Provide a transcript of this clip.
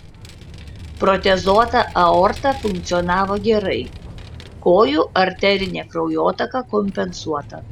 protezuota aorta funkcionavo gerai kojų arterinė kraujotaka kompensuota